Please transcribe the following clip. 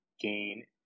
gain